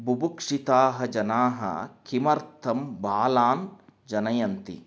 बुभुक्षिताः जनाः किमर्थं बालान् जनयन्ति